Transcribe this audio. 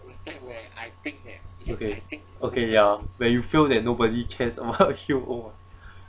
okay okay ya when you feel that nobody cares about you